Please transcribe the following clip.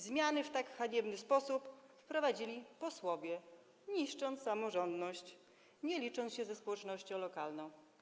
Zmiany w tak haniebny sposób wprowadzili posłowie, niszcząc samorządność, nie licząc się ze społecznością lokalną.